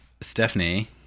Stephanie